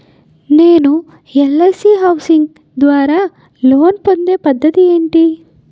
నేను LIC housing ద్వారా loan పొందే పద్ధతి ఏంటి?